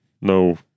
No